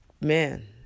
Man